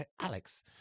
Alex